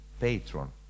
patron